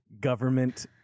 Government